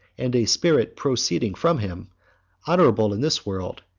and a spirit proceeding from him honorable in this world,